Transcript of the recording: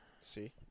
See